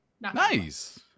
Nice